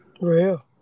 Real